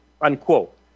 Unquote